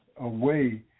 away